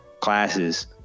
Classes